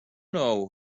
know